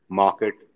market